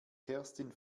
kerstin